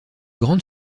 grande